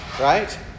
right